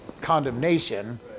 condemnation